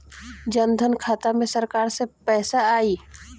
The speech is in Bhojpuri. जनधन खाता मे सरकार से पैसा आई?